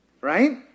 Right